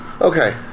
Okay